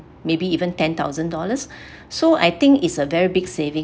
maybe even ten thousand dollars so I think is a very big saving